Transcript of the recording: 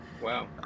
Wow